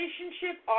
relationship